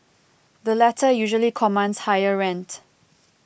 the latter usually commands higher rent